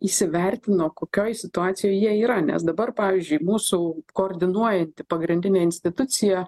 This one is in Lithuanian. įsivertino kokioj situacijoj jie yra nes dabar pavyzdžiui mūsų koordinuojanti pagrindinė institucija